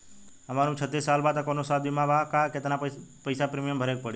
हमार उम्र छत्तिस साल बा त कौनों स्वास्थ्य बीमा बा का आ केतना पईसा प्रीमियम भरे के पड़ी?